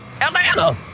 Atlanta